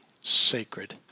sacred